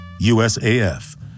USAF